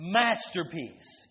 masterpiece